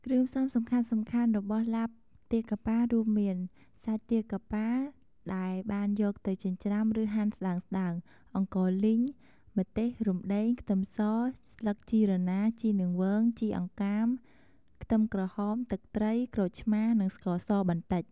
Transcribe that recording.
គ្រឿងផ្សំសំខាន់ៗរបស់ឡាបទាកាប៉ារួមមាន សាច់ទាកាប៉ា ដែលបានយកទៅ ចិញ្ច្រាំ ឬហាន់ស្ដើងៗ អង្ករលីង ម្ទេស រំដេង ខ្ទឹមស ស្លឹកជីរណា ជីនាងវង ជីអង្កាម ខ្ទឹមក្រហម ទឹកត្រី ក្រូចឆ្មារ និងស្ករសបន្តិច។